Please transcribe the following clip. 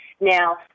Now